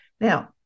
Now